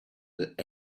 that